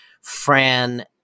Fran